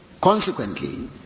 consequently